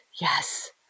Yes